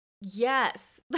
yes